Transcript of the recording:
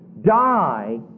die